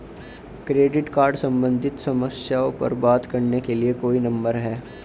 Credit card सम्बंधित समस्याओं पर बात करने के लिए कोई नंबर है?